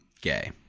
gay